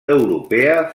europea